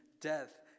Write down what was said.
death